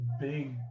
big